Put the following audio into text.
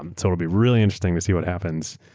and so would be really interesting to see what happens.